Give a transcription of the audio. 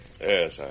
Yes